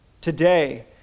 today